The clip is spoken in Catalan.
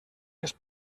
les